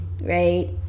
right